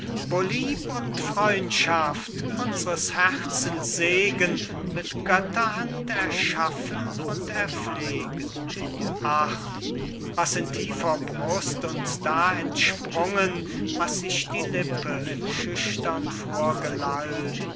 lieb und freundschaft unsres herzens segen mit götterhand erschaffen und erpflegen ach was in tiefer brust uns da entsprungen was sich die lippe schüchtern